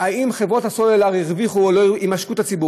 למדוד האם חברות הסלולר עשקו את הציבור?